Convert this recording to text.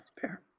Fair